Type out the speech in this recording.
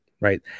Right